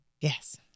Yes